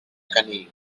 canillo